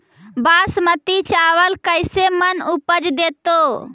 बासमती चावल कैसे मन उपज देतै?